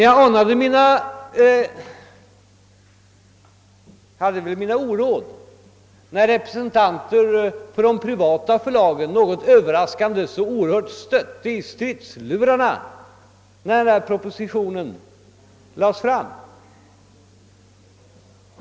Jag anade emellertid oråd, då representanter för de privata förlagen något överraskande och med stor styrka började stöta i stridslurarna när propositionen lades fram.